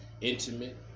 intimate